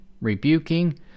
rebuking